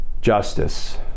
justice